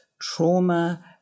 trauma